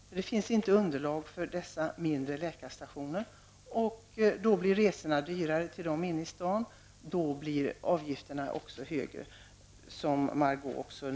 Det kommer inte att finnas underlag för de mindre läkarstationer som nu finns, och då blir kostnaderna för resor till läkarna inne i staden dyrare, och avgifterna ökar, som Margó